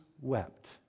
wept